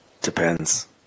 depends